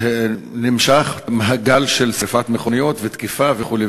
נמשך גם הגל של שרפת מכוניות ותקיפה וכו'.